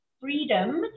freedom